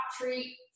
treat